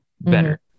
better